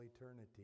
eternity